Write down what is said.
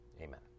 Amen